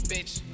Bitch